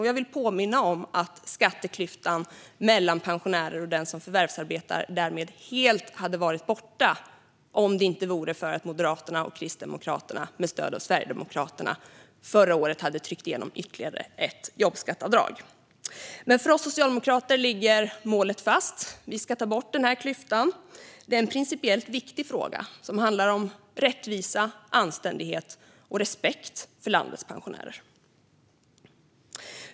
Jag vill påminna om att skatteklyftan mellan pensionärer och de som förvärvsarbetar hade varit helt borta om det inte vore för att Moderaterna och Kristdemokraterna med stöd av Sverigedemokraterna förra året hade tryckt igenom ytterligare ett jobbskatteavdrag. För oss socialdemokrater ligger målet fast. Vi ska ta bort denna klyfta. Det är en principiellt viktig fråga som handlar om rättvisa, anständighet och respekt för landets pensionärer.